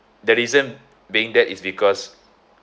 the reason being that is because